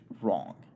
wrong